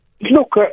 Look